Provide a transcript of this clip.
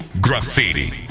Graffiti